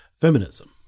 feminism